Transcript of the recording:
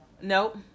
Nope